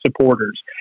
supporters